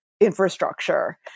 infrastructure